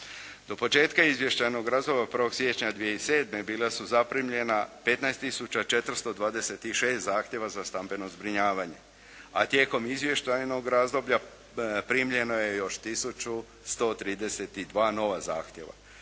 početka izvještajnog razdoblja 1. siječnja 2007. bila su zaprimljena 15 tisuća 426 zahtjeva za stambeno zbrinjavanje, a tijekom izvještajnog razdoblja primljeno je još tisuću 132 nova zahtjeva,